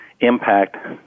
impact